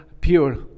pure